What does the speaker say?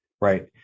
right